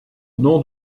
nom